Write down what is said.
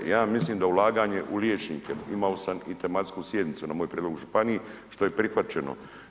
Ja mislim da ulaganje u liječnike, imao sam i tematsku sjednicu na moj prijedlog u županiji što je prihvaćeno.